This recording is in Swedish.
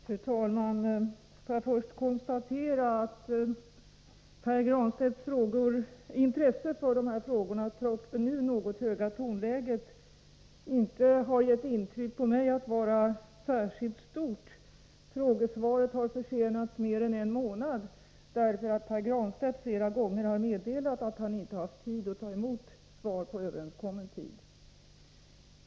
Fru talman! Får jag först konstatera att Pär Granstedts intresse för dessa frågor, trots det nu något höga tonläget, inte har gett mig intryck av att vara särskilt stort. Frågesvaret har försenats mer än en månad, därför att Pär Granstedt flera gånger har meddelat att han inte har haft tid att ta emot svaret på överenskommen tid.